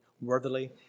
worthily